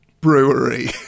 brewery